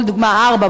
לדוגמה 4,